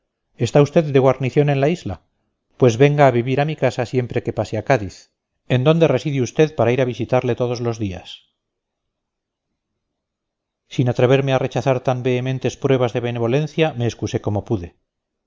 está usted de guarnición en la isla pues venga a vivir a mi casa siempre que pase a cádiz en dónde reside usted para ir a visitarle todos los días sin atreverme a rechazar tan vehementes pruebas de benevolencia me excusé como pude